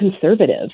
conservative